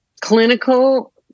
clinical